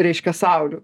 reiškia saulių